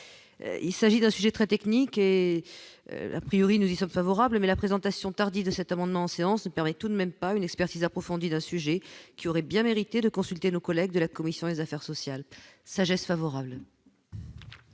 il s'agit d'un sujet très technique et l'a priori, nous y sommes favorables mais la présentation tardive de cet amendement en séance permet tout de même pas une expertise approfondie d'un sujet qui aurait bien mérité de consulter nos collègues de la commission des affaires sociales sagesse favorable.